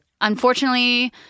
Unfortunately